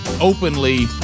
openly